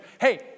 Hey